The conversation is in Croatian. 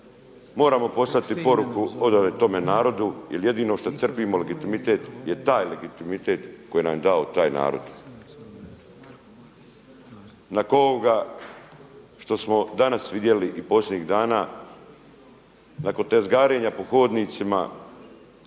moram poslati poruke od ove tome narodu jer jedino što crpimo legitimitet je taj legitimitet koji nam je dao taj narod. Nakon ovoga što smo danas vidjeli i posljednjih dana, nakon tezgarenja po hodnicima